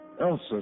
Elsa